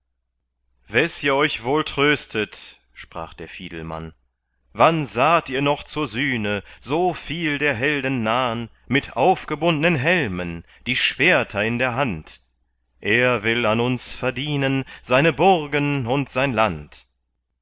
wes ihr euch wohl tröstet sprach der fiedelmann wann saht ihr noch zur sühne so viel der helden nahn mit aufgebundnen helmen die schwerter in der hand er will an uns verdienen seine burgen und sein land